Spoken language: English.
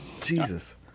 Jesus